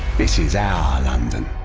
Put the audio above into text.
this is our london